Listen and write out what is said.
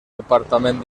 departament